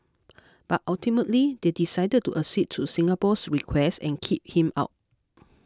but ultimately they decided to accede to Singapore's request and kick him out